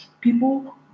people